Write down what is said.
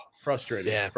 Frustrating